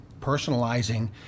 personalizing